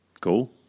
Cool